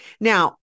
Now